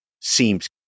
seems